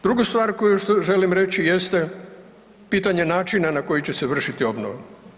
Drugu stvar koju želim reći jeste pitanje načina na koji će se vršiti obnova.